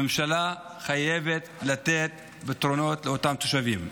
המדינה חייבת לתת פתרונות לאותם תושבים.